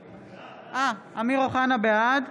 בעד יולי יואל אדלשטיין, בעד אמיר אוחנה, בעד